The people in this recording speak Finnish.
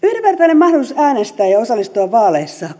yhdenvertainen mahdollisuus äänestää ja osallistua vaaleissa